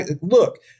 look